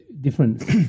different